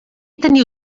teniu